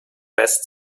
best